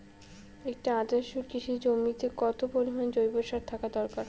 একটি আদর্শ কৃষি জমিতে কত পরিমাণ জৈব সার থাকা দরকার?